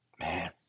man